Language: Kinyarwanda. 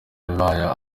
abaye